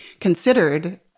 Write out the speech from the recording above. considered